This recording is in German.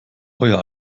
euer